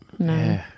No